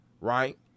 right